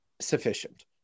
sufficient